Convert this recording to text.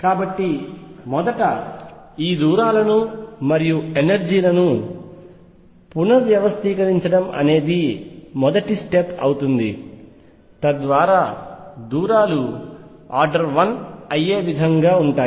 కాబట్టి మొదట ఈ దూరాలను మరియు ఎనర్జీలను పునర్వ్యవస్థీకరించడం అనేది మొదటి స్టెప్ అవుతుంది తద్వారా దూరాలు ఆర్డర్ 1 అయ్యే విధంగా ఉంటాయి